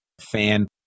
fan